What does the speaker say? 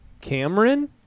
Cameron